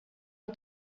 och